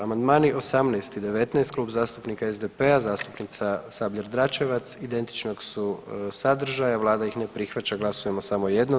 Amandmani 18 i 19, Kluba zastupnika SDP-a, zastupnica Sabljar Dračevac, identičnog su sadržaja, Vlada ih ne prihvaća, glasujemo samo jednom.